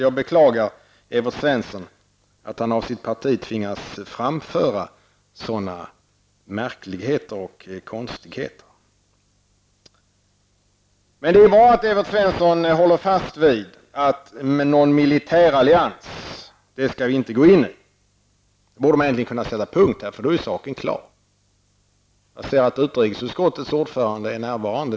Jag beklagar Evert Svensson, att han av sitt parti tvingas framföra sådana märkligheter och konstigheter. Men det är bra att Evert Svensson håller fast vid att vi inte skall gå in i någon militärallians. Här borde man egentligen kunna sätta punkt, för då är saken klar. Jag ser att utrikesutskottets ordförande är närvarande.